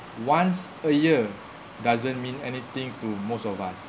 once a year doesn't mean anything to most of us